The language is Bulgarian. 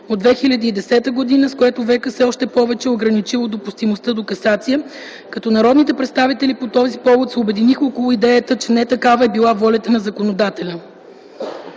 от 2010 г., с което ВКС още повече е ограничило допустимостта до касация, като народните представители по този повод се обединиха около идеята, че не такава е била волята на законодателя.